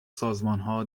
سازمانها